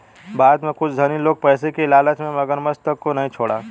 भारत में कुछ धनी लोग पैसे की लालच में मगरमच्छ तक को नहीं छोड़ा